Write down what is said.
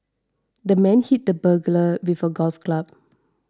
the man hit the burglar with a golf club